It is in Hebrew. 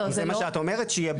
אם זה מה שאת אומרת אז שיהיה ברור.